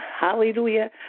Hallelujah